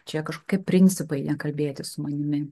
čia kažkokie principai nekalbėti su manimi